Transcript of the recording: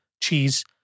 cheese